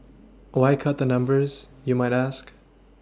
why cut the numbers you might ask